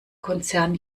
konzern